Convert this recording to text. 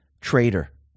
Traitor